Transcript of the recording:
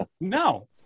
no